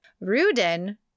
Rudin